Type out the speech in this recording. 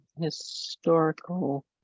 historical